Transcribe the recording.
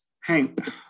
Hank